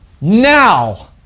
now